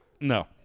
no